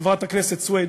חברת הכנסת סויד.